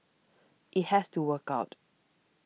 it has to work out